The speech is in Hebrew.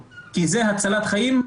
כי זו הצלת חיים,